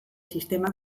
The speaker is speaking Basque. sistema